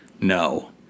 No